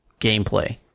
gameplay